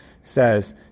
says